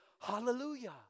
hallelujah